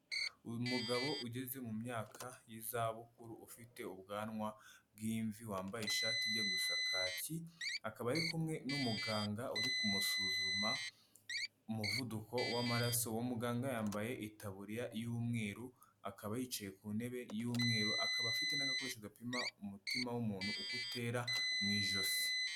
Uyu mugabo ugeze mu myaka y'izabukuru ufite ubwanwa bw'imvi, wambaye ishati ijya gusa kaki, akaba ari kumwe n'umuganga uri kumusuzuma umuvuduko w'amaraso, uwo muganga yambaye itaburiya y'umweru, akaba yicaye ku ntebe y'umweru, akaba afite n'agakoresho gapima umutima w'umuntu uko utera mu ijosi.